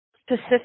Specific